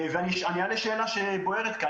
אני אעלה שאלה שבוערת כאן.